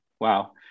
Wow